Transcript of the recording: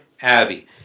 Abby